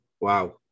Wow